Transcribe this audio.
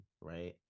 right